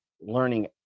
learning